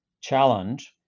challenge